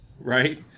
right